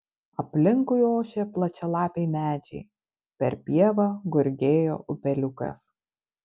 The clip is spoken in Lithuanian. aplinkui ošė plačialapiai medžiai per pievą gurgėjo upeliukas